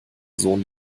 sohn